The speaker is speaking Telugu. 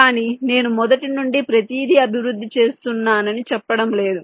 కానీ నేను మొదటి నుండి ప్రతిదీ అభివృద్ధి చేస్తున్నానని చెప్పడం లేదు